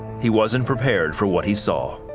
he wasn't prepared for what he saw.